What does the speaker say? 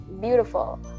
beautiful